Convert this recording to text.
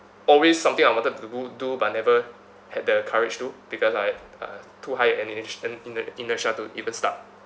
always something I wanted to do do but never had the courage to because like uh too high an inertia to even start